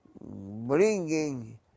bringing